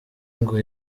ngo